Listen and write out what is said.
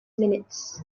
minutes